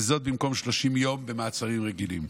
וזאת במקום 30 יום במעצרים רגילים.